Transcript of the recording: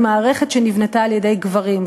היא מערכת שנבנתה על-ידי גברים,